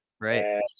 Right